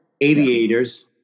aviators